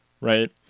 right